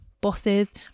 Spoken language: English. bosses